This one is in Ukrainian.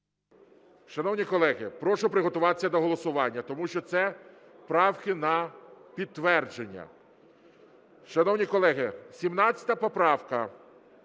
Шановні колеги, прошу приготуватися до голосування, тому що це правки на підтвердження. Шановні колеги, 17 поправка,